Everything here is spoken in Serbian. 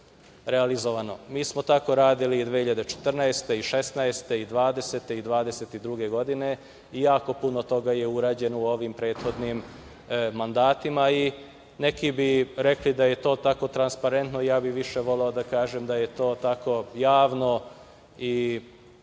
smo tako radili 2014. godine i 2016, 2020. i 2022. godine i jako puno toga je urađeno u ovim prethodnim mandatima i neki bi rekli da je to tako transparentno, a ja bih više voleo da kažem da je to tako javno i da